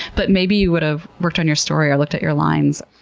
but maybe, you would've worked on your story or looked at your lines.